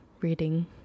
reading